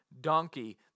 donkey